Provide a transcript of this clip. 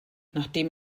nachdem